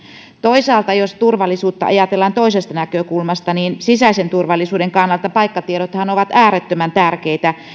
toisaalta jos turvallisuutta ajatellaan toisesta näkökulmasta niin sisäisen turvallisuuden kannaltahan paikkatiedot ovat äärettömän tärkeitä